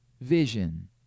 vision